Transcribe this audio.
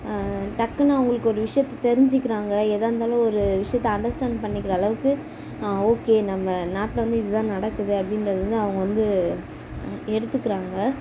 டக்குன்னு அவங்களுக்கு ஒரு விஷயத்த தெரிஞ்சுக்கிறாங்க எதாக இருந்தாலும் ஒரு விஷயத்த அண்டர்ஸ்டேண்ட் பண்ணிக்கிற அளவுக்கு ஆ ஓகே நம்ம நாட்டில் வந்து இது தான் நடக்குது அப்படின்றது வந்து அவங்க வந்து எடுத்துக்கிறாங்க